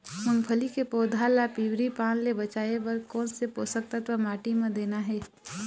मुंगफली के पौधा ला पिवरी पान ले बचाए बर कोन से पोषक तत्व माटी म देना हे?